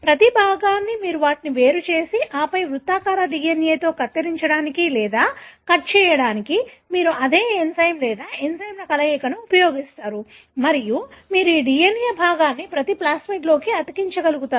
ప్రతి భాగాన్ని మీరు వాటిని వేరు చేసి ఆపై వృత్తాకార DNA లో కత్తిరించడానికి లేదా కట్ చేయడానికి మీరు అదే ఎంజైమ్ లేదా ఎంజైమ్ల కలయికను ఉపయోగిస్తారు మరియు మీరు ఈ DNA భాగాన్ని ప్రతి ప్లాస్మిడ్లోకి అతికించగలుగుతారు